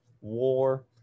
war